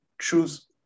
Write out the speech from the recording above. choose